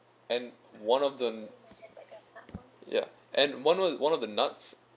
and one of the ya and one of the one of the nuts